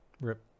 Rip